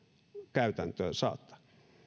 käytäntöön saattaa